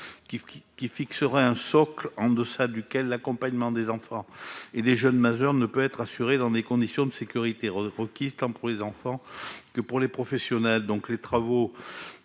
formant un socle en deçà duquel l'accompagnement des enfants et des jeunes majeurs ne pourrait être assuré dans des conditions de sécurité requises, tant pour les enfants que pour les professionnels. Des travaux